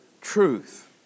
truth